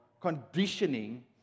conditioning